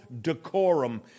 decorum